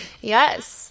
Yes